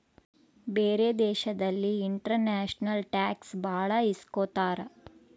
ಬೇರೆ ದೇಶದಲ್ಲಿ international tax ಭಾಳ ಇಸ್ಕೊತಾರ